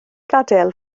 gadael